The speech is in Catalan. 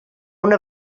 una